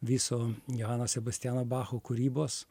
viso johano sebastiano bacho kūrybos